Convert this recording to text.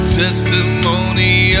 testimony